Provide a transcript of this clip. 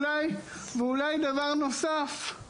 דבר נוסף,